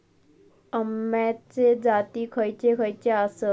अम्याचे जाती खयचे खयचे आसत?